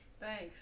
Thanks